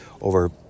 over